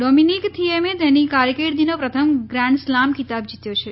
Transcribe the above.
Dominic થિએમે તેની કારક્રિદીનો પ્રથમ ગ્રાન્ડસ્લામ ખિતાબ જીત્યો છે